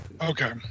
Okay